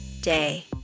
day